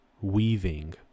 weaving